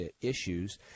issues